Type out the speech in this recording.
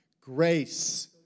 grace